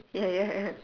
ya ya ya